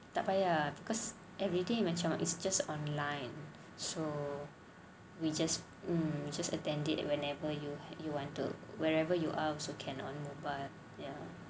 tak payah because everyday macam is just online so we just attend it whenever you want to wherever you are also can on mobile